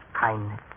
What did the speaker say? kindness